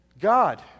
God